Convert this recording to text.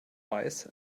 weiß